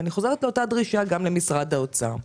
ואני חוזרת על אותה דרישה גם למשרד האוצר.